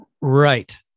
Right